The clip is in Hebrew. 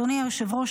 אדוני היושב-ראש,